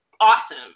awesome